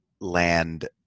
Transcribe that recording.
land